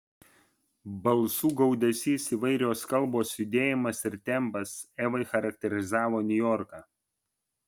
balsų gaudesys įvairios kalbos judėjimas ir tempas evai charakterizavo niujorką